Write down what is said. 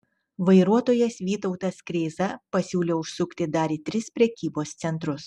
vairuotojas vytautas kreiza pasiūlė užsukti dar į tris prekybos centrus